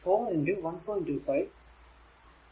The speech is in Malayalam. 25 അപ്പോൾ അത് 5 വോൾട്